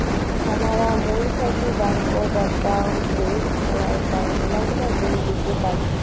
হামরা মুই থাকি ব্যাঙ্কত একাউন্টের সহায়তায় মেলাগিলা বিল দিতে পারি